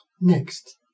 Next